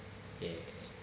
yay